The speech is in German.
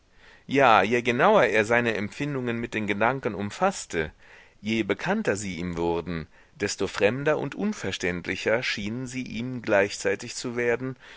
ja je genauer er seine empfindungen mit den gedanken umfaßte je bekannter sie ihm wurden desto fremder und unverständlicher schienen sie ihm gleichzeitig zu werden